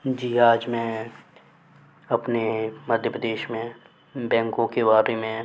जी आज मैं अपने मध्य प्रदेश में बैंको के बारे में